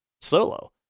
solo